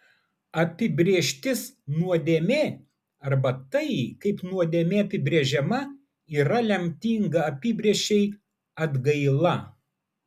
apibrėžtis nuodėmė arba tai kaip nuodėmė apibrėžiama yra lemtinga apibrėžčiai atgaila